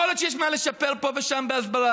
יכול להיות שיש מה לשפר פה ושם בהסברה,